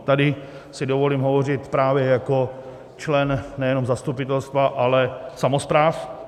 Tady si dovolím hovořit právě jako člen nejenom zastupitelstva, ale samospráv.